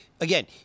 again